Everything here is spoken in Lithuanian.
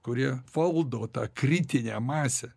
kurie faldo tą kritinę masę